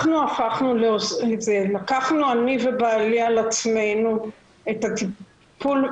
אני ובעלי לקחנו על עצמנו את הטיפול.